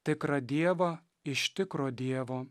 tikrą dievą iš tikro dievo